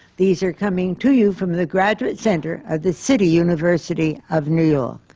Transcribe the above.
these are coming to you from the graduate center of the city university of new